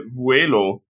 vuelo